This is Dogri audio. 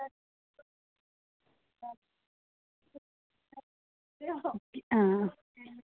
हां